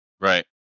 right